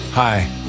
Hi